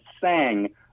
sang